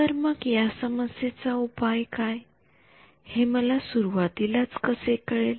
तर मग या समस्येचा उपाय काय हे मला सुरवातीलाच कसे कळेल